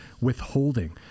withholding